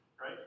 right